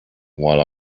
while